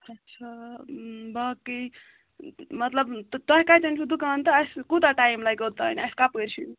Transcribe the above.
اچھا باقٕے مطلب تۄہہِ کَتیٚن چھُو دُکان تہٕ اسہِ کوٗتاہ ٹایِم لَگہِ اوٚتانۍ اسہِ کَپٲرۍ چھُ یُن